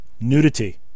nudity